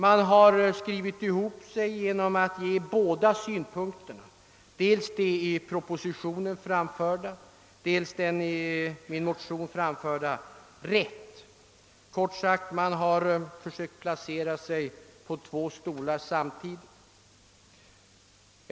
Man har skrivit ihop sig genom att ge såväl i propositionen som i min motion framförda synpunkter rätt — man har kort sagt försökt placera sig på två stolar samtidigt.